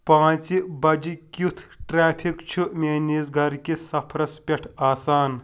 پانٛژھِ بجہِ کیُتھ ٹرٛیفِک چھُ میٲنِس گرٕکِس سفرس پیٹھ آسان